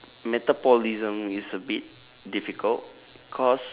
metabolism is a bit difficult because